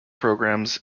programs